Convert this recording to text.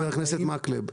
חבר הכנסת מקלב.